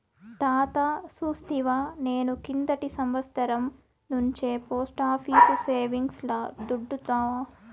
తాతా సూస్తివా, నేను కిందటి సంవత్సరం నుంచే పోస్టాఫీసు సేవింగ్స్ ల దుడ్డు దాస్తాండా